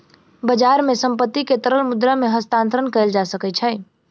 बजार मे संपत्ति के तरल मुद्रा मे हस्तांतरण कयल जा सकै छै